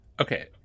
Okay